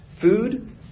food